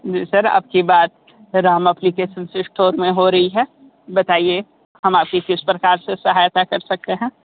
जी sir आपकी बात Ram application store में हो रही है बताइए हम आपकी किस प्रकार से सहायता कर सकते हैं